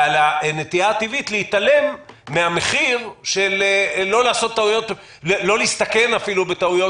ועל הנטייה הטבעית להתעלם מהמחיר של לא להסתכן בטעויות,